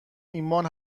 ایمان